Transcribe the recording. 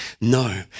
No